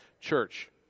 Church